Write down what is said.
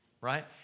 right